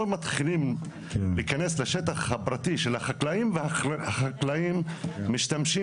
או מתחילים להיכנס לשטח הפרטי של החקלאים והחקלאים משתמשים